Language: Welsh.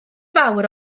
fawr